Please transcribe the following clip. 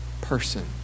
person